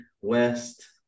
West